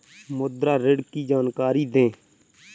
मुद्रा ऋण की जानकारी दें?